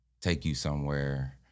take-you-somewhere